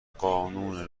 قانون